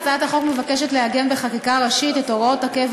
הצעת החוק מבקשת לעגן בחקיקה ראשית את הוראות הקבע